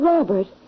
Robert